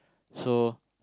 so